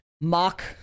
mock